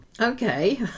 Okay